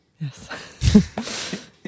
Yes